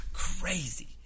Crazy